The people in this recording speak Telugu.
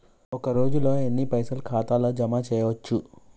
ఒక రోజుల ఎన్ని పైసల్ ఖాతా ల జమ చేయచ్చు?